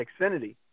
Xfinity